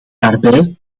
daarbij